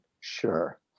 Sure